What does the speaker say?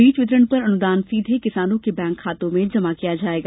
बीज वितरण पर अनुदान सीधे किसानों के बैंक खातों में जमा किया जाएगा